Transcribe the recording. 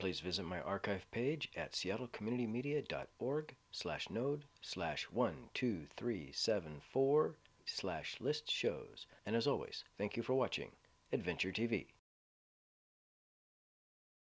please visit my archive page at seattle community media dot org slash node slash one two three seven four slash list shows and as always thank you for watching adventure t